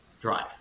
drive